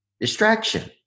distraction